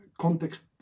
context